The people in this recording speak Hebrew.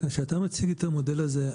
כשאתה מציג את המודל הזה,